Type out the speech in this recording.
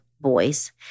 boys